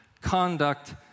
conduct